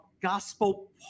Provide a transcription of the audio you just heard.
gospel